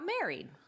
married